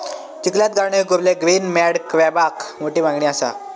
चिखलात गावणारे कुर्ले ग्रीन मड क्रॅबाक मोठी मागणी असा